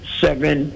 seven